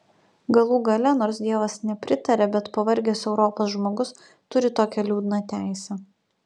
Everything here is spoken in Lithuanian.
galų gale nors dievas nepritaria bet pavargęs europos žmogus turi tokią liūdną teisę